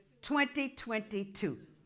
2022